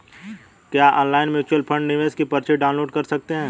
क्या online mutual fund निवेश की पर्ची डाउनलोड कर सकते हैं?